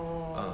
uh